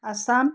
Assam